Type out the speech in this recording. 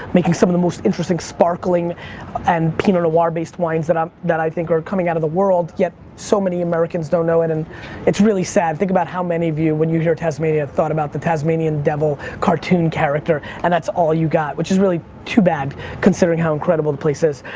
making some of the most interesting sparkling and pinot noir-based wines that um that i think are coming out of the world, yet so many americans don't know it and it's really sad. think about how many of you when you hear tasmania thought about the tasmanian devil cartoon character and that's all you got, which is really too bad considering how incredible the place is.